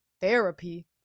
therapy